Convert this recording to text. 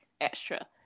extra